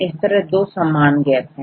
इस तरह दो समान गैप है